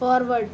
forward